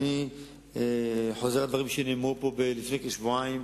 אני חוזר על דברים שנאמרו פה לפני כשבועיים.